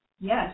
Yes